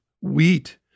wheat